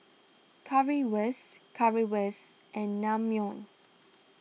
Currywurst Currywurst and Naengmyeon